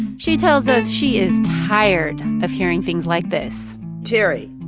she tells us she is tired of hearing things like this terry,